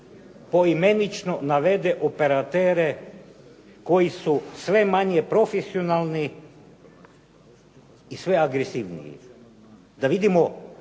poimenično navede operatere koji su sve manje profesionalni i sve agresivniji. Da vidimo